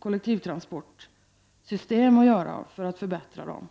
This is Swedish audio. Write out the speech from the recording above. kollektivtransportsystem och förbättring av sådana.